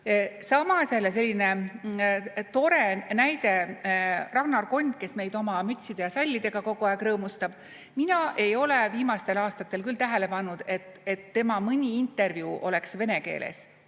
Samas jälle selline tore näide: Ragnar Kond, kes meid oma mütside ja sallidega kogu aeg rõõmustab, mina ei ole viimastel aastatel küll tähele pannud, et mõni tema intervjuu oleks olnud vene keeles,